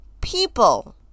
people